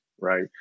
Right